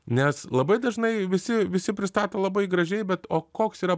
nes labai dažnai visi visi pristato labai gražiai bet o koks yra